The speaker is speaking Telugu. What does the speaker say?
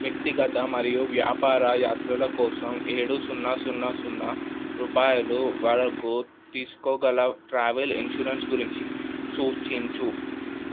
వ్యక్తిగత మరియు వ్యాపార యాత్రల కోసం ఏడు సున్నా సున్నా సున్నా రూపాయలు వరకు తీసుకోగల ట్రావెల్ ఇన్షూరెన్స్ గురించి సూచించు